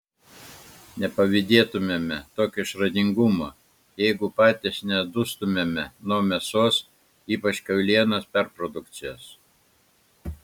nepavydėtumėme tokio išradingumo jeigu patys nedustumėme nuo mėsos ypač kiaulienos perprodukcijos